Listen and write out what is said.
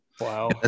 Wow